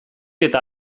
eta